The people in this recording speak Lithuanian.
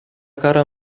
karo